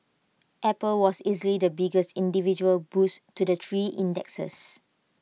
apple was easily the biggest individual boost to the three indexes